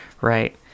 right